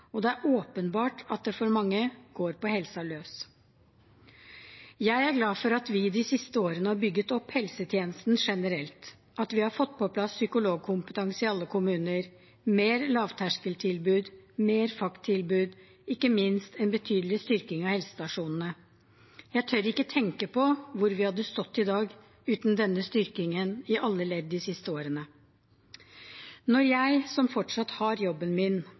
og det er åpenbart at det for mange går på helsa løs. Jeg er glad for at vi de siste årene har bygget opp helsetjenesten generelt, at vi har fått på plass psykologkompetanse i alle kommuner, mer lavterskeltilbud, mer FACT-tilbud og ikke minst en betydelig styrking av helsestasjonene. Jeg tør ikke tenke på hvor vi hadde stått i dag uten denne styrkingen i alle ledd de siste årene. Når jeg som fortsatt har jobben min,